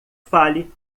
fale